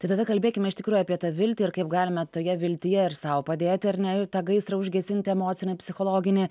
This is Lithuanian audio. tai tada kalbėkime iš tikrųjų apie tą viltį ir kaip galime toje viltyje ir sau padėti ar ne ir tą gaisrą užgesinti emocinį psichologinį